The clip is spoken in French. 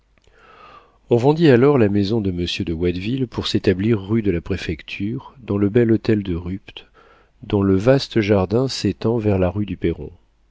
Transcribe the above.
on vendit alors la maison de monsieur de watteville pour s'établir rue de la préfecture dans le bel hôtel de rupt dont le vaste jardin s'étend vers la rue du perron